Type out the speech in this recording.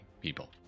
people